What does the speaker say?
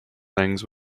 things